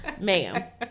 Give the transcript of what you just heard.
Ma'am